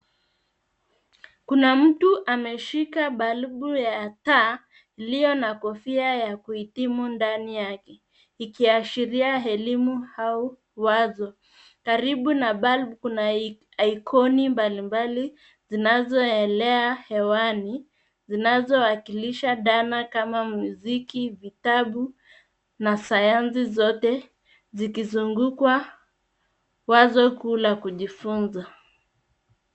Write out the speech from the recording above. Kuna mtu ameshika balbu ya taa iliyo na kofia ya kuhitimu ndani yake ikishiria elimu au wazo. Karibu na balbu kuna ikoni mbalimbali zinazoelea hewani zinazowakilisha dhana kama muziki, vitabu na sayansi zote zikizungukwa wazo kuu la kujifunza.